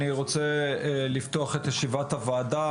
אני רוצה לפתוח את ישיבת הוועדה.